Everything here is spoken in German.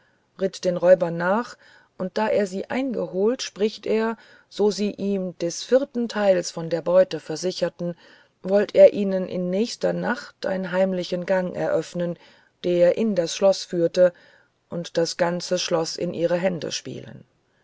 ritt den raubern nach und da er sy eingeholt spricht er so sy ihn des vierten theils von der beute versicherten wolle er jnn in nächster nacht ein heimlichen gang eröffnen der in das schloß führe und das ganze schloß in jre hände spilen